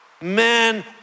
man